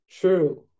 True